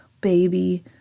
baby